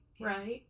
right